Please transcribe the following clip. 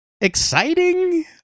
exciting